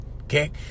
okay